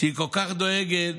שכל כך דואגת,